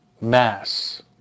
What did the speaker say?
mass